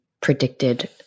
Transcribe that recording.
predicted